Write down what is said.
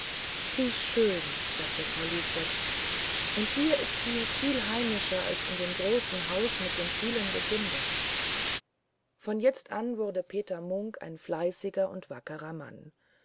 wie schön sagte frau lisbeth und hier ist mir viel heimischer als in dem großen haus mit dem vielen gesinde von jetzt an wurde peter munk ein fleißiger und wackerer mann